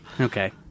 Okay